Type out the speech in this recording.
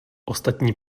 ostatní